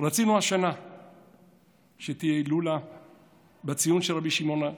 רצינו השנה שתהיה הילולה בציון של רבי שמעון,